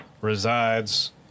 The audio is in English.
resides